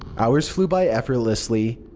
hours flew by effortlessly.